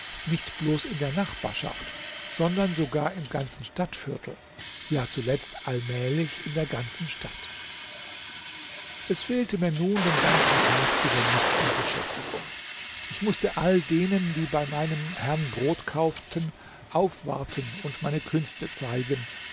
nicht bloß in der nachbarschaft sondern sogar im ganzen stadtviertel ja zuletzt allmählich in der ganzen stadt es fehlte mir nun den ganzen tag über nicht an beschäftigung ich mußte allen denen die bei meinem herrn brot kauften aufwarten und meine künste zeigen